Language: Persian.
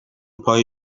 پای